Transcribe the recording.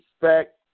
respect